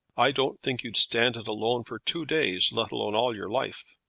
i don't think you'd stand it alone for two days, let alone all your life.